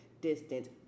distance